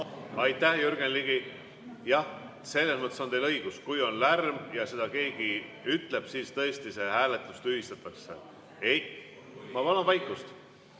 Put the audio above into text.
Aitäh, Jürgen Ligi! Jah, selles mõttes on teil õigus, et kui on lärm ja seda keegi ütleb, siis tõesti see hääletus tühistatakse. (Saalis